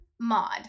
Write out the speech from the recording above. mod